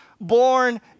born